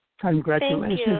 Congratulations